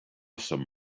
some